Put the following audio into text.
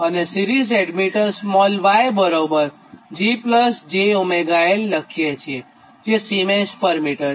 અને series admittance માટે આપણે y GjωL લખીએ છીએજે સિમેન્સ પર મીટર છે